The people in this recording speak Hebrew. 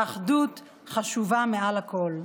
האחדות חשובה מעל הכול.